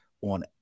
on